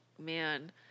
Man